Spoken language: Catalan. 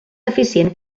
eficient